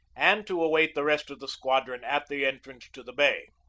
and to await the rest of the squadron at the entrance to the bay.